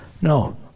No